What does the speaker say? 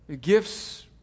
Gifts